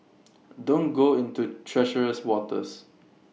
don't go into treacherous waters